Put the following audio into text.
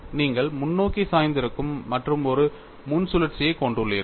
நீங்கள் முன்னோக்கி சாய்ந்திருக்கும் மற்றும் ஒரு முன் சுழற்சியைக் கொண்டுள்ளீர்கள்